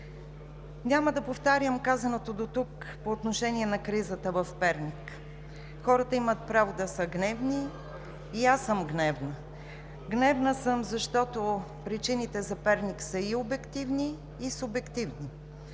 Няма да повтарям казаното дотук по отношение на кризата в Перник. Хората имат право да са гневни, и аз съм гневна. Гневна съм, защото причините за кризата в Перник са и обективни, и субективни.